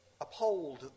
Uphold